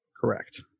Correct